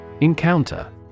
Encounter